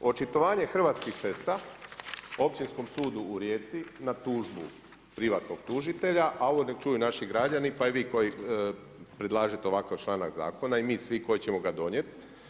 Očitovanje Hrvatskih cesta Općinskom sudu u Rijeci na tužbu privatnog tužitelja, a ovo nek' čuju naši građani pa i vi koji predlažete ovakav članak zakona i mi svi koji ćemo ga donijeti.